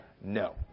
no